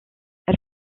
elle